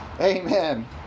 Amen